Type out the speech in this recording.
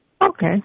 Okay